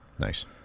Nice